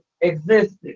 existed